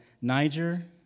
Niger